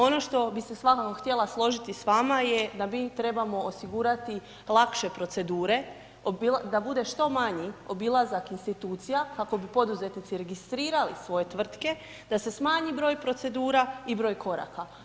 Ono što bi se svakako htjela složiti s vama je da mi trebamo osigurati lakše procedure, da bude što manji obilazak institucija, kako bi poduzetnici registrirali svoj tvrtke, da se smanji broj procedura i broj koraka.